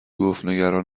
گفتنگران